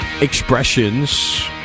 expressions